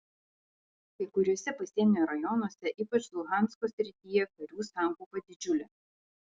kai kuriuose pasienio rajonuose ypač luhansko srityje karių sankaupa didžiulė